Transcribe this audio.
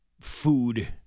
food